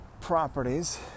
properties